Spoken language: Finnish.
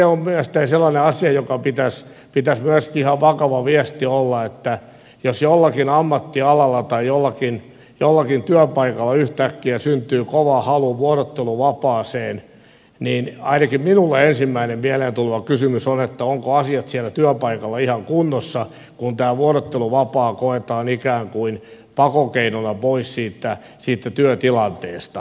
se on myös sellainen asia jonka pitäisi myöskin ihan vakava viesti olla että jos jollakin ammattialalla tai jollakin työpaikalla yhtäkkiä syntyy kova halu vuorotteluvapaaseen niin ainakin minulla ensimmäinen mieleen tuleva kysymys on että ovatko asiat siellä työpaikalla ihan kunnossa kun tämä vuorotteluvapaa koetaan ikään kuin pakokeinona pois siitä työtilanteesta